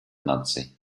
наций